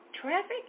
traffic